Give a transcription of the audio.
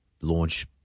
launch